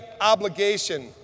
obligation